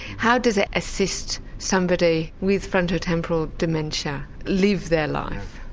how does it assist somebody with frontotemporal dementia live their life?